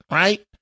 right